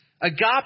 Agape